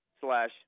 slash